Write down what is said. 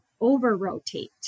over-rotate